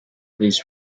this